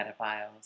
pedophiles